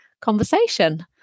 conversation